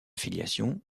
filiation